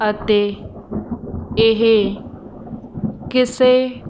ਅਤੇ ਇਹ ਕਿਸੇ